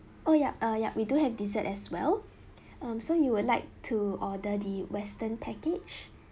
oh yup uh yup we do have dessert as well um so you will like to order the western package